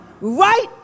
right